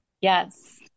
Yes